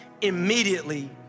immediately